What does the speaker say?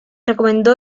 recomendó